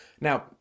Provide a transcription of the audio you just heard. Now